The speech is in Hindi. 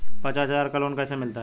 पचास हज़ार का लोन कैसे मिलता है?